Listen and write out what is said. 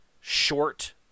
short